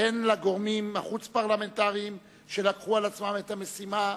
הן לגורמים החוץ-פרלמנטריים שלקחו על עצמם את המשימה